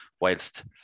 whilst